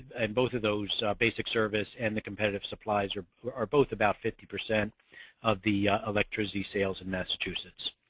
and both of those basic service and the competitive supplies are are both about fifty percent of the electricity sales in massachusetts.